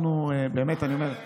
אבל הוא לא עושה כלום.